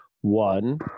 One